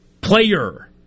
Player